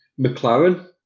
McLaren